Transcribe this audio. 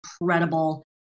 incredible